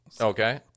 Okay